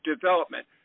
Development